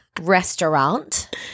restaurant